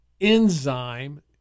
enzyme